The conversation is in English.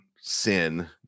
sin